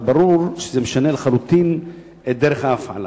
וברור שזה משנה לחלוטין את דרך ההפעלה.